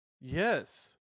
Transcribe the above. yes